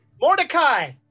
Mordecai